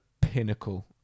pinnacle